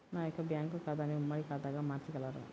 నా యొక్క బ్యాంకు ఖాతాని ఉమ్మడి ఖాతాగా మార్చగలరా?